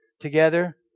together